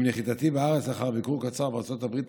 עם נחיתתי בארץ לאחר ביקור קצר בארצות הברית,